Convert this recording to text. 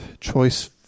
choice